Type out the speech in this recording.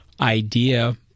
idea